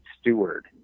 steward